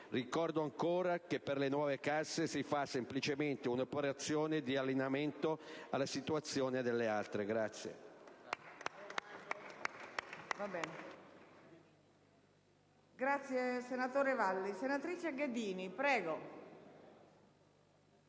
Ricordo ancora che per le nuove casse si fa semplicemente un'operazione di allineamento alla situazione delle altre.